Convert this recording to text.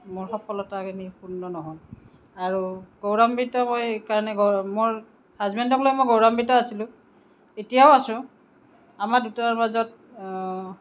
মোৰ সফলতাখিনি পূৰ্ণ নহ'ল আৰু গৌৰাম্বিতকৈ এই কাৰণে মোৰ হাজবেণ্ডক লৈ মই গৌৰাম্বিত আছিলোঁ এতিয়াও আছোঁ আমাৰ দুটাৰ মাজত